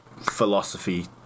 philosophy